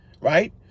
right